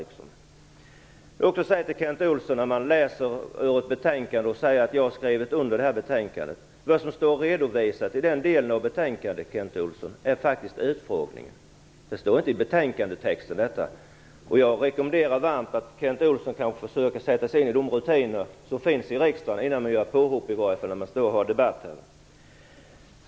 Jag vill också säga till Kent Olsson, när han läser ur ett betänkande och säger att jag har skrivit under det. Vad som står redovisat i den delen av betänkandet, Kent Olsson, är faktiskt utfrågningen. Detta står inte i betänkandetexten. Jag rekommenderar Kent Olsson varmt att försöka sätta sig in i de rutiner som finns i riksdagen innan han gör påhopp under pågående debatt.